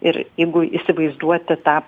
ir jeigu įsivaizduoti tą